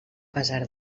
pesar